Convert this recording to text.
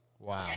Wow